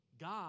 God